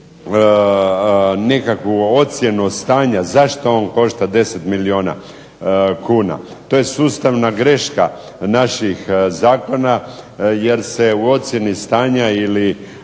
nikakvu ocjenu stanja zašto on košta deset milijuna kuna. To je sustavna greška naših zakona, jer se u ocjeni stanja ili